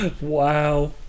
Wow